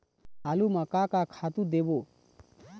आलू म का का खातू देबो?